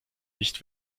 nicht